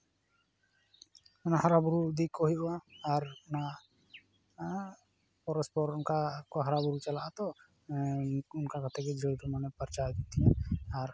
ᱚᱱᱟ ᱦᱟᱨᱟᱵᱩᱨᱩ ᱤᱫᱤ ᱠᱚ ᱦᱩᱭᱩᱜᱼᱟ ᱟᱨ ᱯᱚᱨᱚᱥᱯᱚᱨ ᱚᱱᱠᱟ ᱠᱚ ᱦᱟᱨᱟᱵᱩᱨᱩ ᱪᱟᱞᱟᱜᱼᱟ ᱟᱛᱚ ᱚᱱᱠᱟ ᱠᱟᱛᱮ ᱜᱮ ᱡᱟᱹᱲ ᱫᱚ ᱢᱟᱱᱮ ᱯᱟᱨᱪᱟ ᱤᱫᱤᱜ ᱛᱤᱧᱟᱹ ᱟᱨ